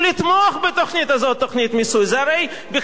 זה הרי בכלל לא היה תלוי בזה, זה היה תלוי בפלסנר.